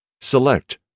Select